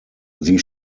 sie